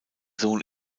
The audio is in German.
sohn